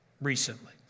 recently